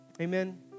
Amen